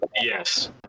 Yes